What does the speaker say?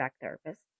therapist